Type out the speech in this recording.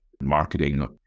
marketing